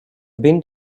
been